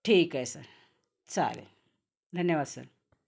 ठीक आहे सर चालेल धन्यवाद सर